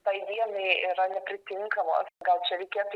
tai dienai yra nepritinkamos gal čia reikėtų